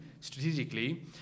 strategically